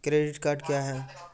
Credit card क्या हैं?